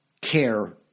care